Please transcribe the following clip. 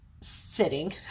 sitting